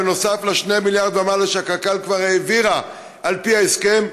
בנוסף ל-2 מיליארד שקל ומעלה שקק"ל כבר העבירה על פי ההסכם,